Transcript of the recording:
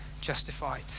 justified